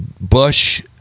bush